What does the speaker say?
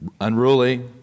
unruly